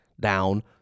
down